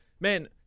man